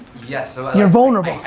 yes. so you're vulnerable.